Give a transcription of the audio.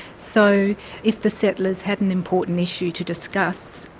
so if the settlers had an important issue to discuss,